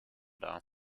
dar